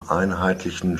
einheitlichen